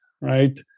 right